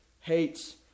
hates